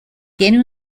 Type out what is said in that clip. tiene